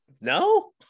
no